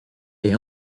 est